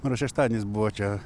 man rods šeštadienis buvo čia